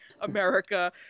America